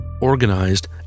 organized